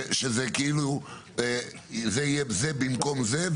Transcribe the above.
שזה כאילו יהיה זה במקום זה,